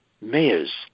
mayors